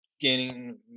gaining